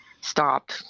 stop